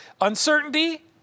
Uncertainty